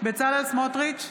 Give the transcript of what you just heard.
בצלאל סמוטריץ'